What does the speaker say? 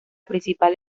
principal